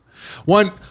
one